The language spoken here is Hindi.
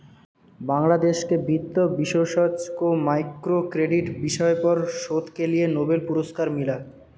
बांग्लादेश के वित्त विशेषज्ञ को माइक्रो क्रेडिट विषय पर शोध के लिए नोबेल पुरस्कार मिला